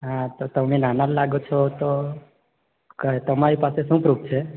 હા તો તમે નાના લાગો છો તો તમારી પાસે શું પ્રૂફ છે